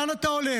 לאן אתה הולך?